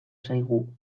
zaigu